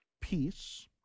peace